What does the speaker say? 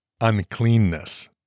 Uncleanness